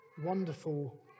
wonderful